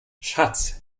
schatz